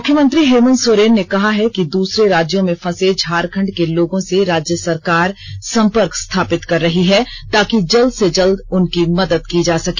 मुख्यमंत्री हेमंत सोरेन ने कहा है कि दूसरे राज्यों में फंसे झारखंड के लोगों से राज्य सरकार संपर्क स्थापित कर रही है ताकि जल्द से जल्द उनकी मदद की जा सके